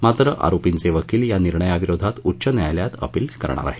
मात्र आरोपींचे वकील या निर्णयाविरोधात उच्च न्यायालयात अपील करणार आहेत